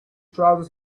trousers